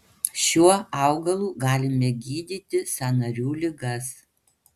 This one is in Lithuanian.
šiuo augalu galime gydyti sąnarių ligas